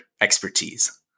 expertise